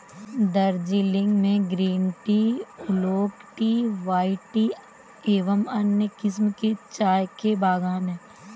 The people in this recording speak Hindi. दार्जिलिंग में green tea, oolong tea, white tea एवं अन्य किस्म के चाय के बागान हैं